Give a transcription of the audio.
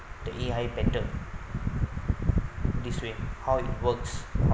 the A_I better this way how it works how